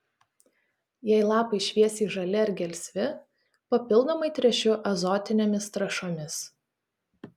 jei lapai šviesiai žali ar gelsvi papildomai tręšiu azotinėmis trąšomis